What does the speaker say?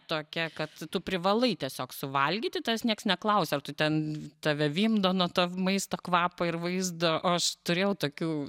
tokia kad tu privalai tiesiog suvalgyti tavęs nieks neklausia ar tu ten tave vimdo nuo to maisto kvapo ir vaizdo o aš turėjau tokių